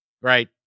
right